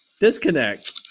Disconnect